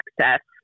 access